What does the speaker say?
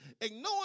ignoring